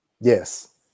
Yes